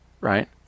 right